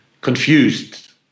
confused